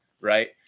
right